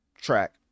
track